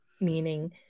meaning